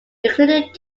including